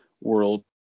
world